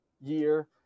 year